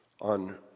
on